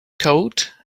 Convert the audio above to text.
coat